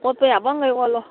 ꯑꯣꯠꯄ ꯌꯥꯕꯒꯩ ꯑꯣꯠꯂꯣ